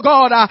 God